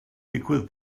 digwydd